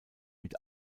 mit